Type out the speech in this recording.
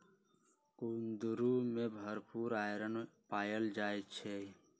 कुंदरू में भरपूर आईरन पाएल जाई छई